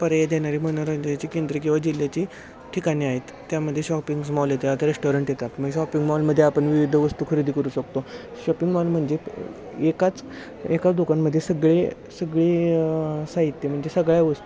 पर्याय देणारी मनोरंजनाची केंद्रे किंवा जिल्ह्याची ठिकाणी आहेत त्यामध्ये शॉपिंग्स मॉल येतात रेस्टॉरंट येतात मग शॉपिंग मॉलमध्ये आपण विविध वस्तू खरेदी करू शकतो शॉपिंग मॉल म्हणजे एकाच एकाच दुकानमध्ये सगळे सगळी साहित्य म्हणजे सगळ्या वस्तू